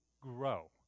grow